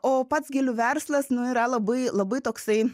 o pats gėlių verslas nu yra labai labai toksai